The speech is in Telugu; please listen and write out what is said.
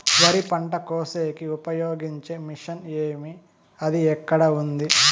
వరి పంట కోసేకి ఉపయోగించే మిషన్ ఏమి అది ఎక్కడ ఉంది?